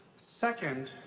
second,